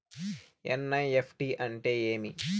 NEFT అంటే ఏమి